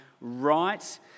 right